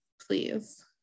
please